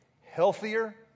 healthier